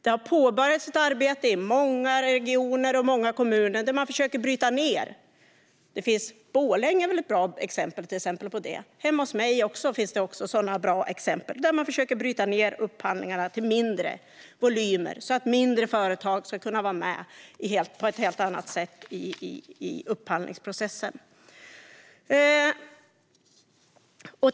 Det har påbörjats ett arbete i många regioner och kommuner där man försöker bryta ned dem. Borlänge är ett bra exempel. Hemma hos mig finns det också sådana bra exempel. Man försöker bryta ned upphandlingarna till mindre volymer så att mindre företag ska kunna vara med i upphandlingsprocessen på ett helt annat sätt.